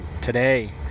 today